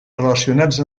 relacionats